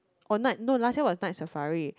oh night no last year was Night Safari